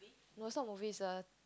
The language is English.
no is not movie is a